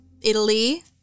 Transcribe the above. Italy